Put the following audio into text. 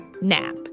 NAP